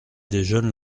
déjeune